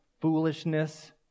foolishness